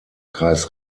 kreis